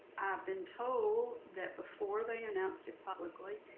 been told, that before they announced it publicly,